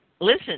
listen